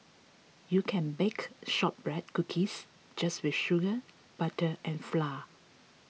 you can bake Shortbread Cookies just with sugar butter and flour